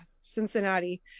Cincinnati